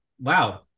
Wow